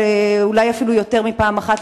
ואולי אפילו יותר מפעם אחת,